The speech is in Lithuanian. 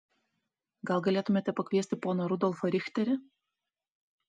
gal galėtumėte pakviesti poną rudolfą richterį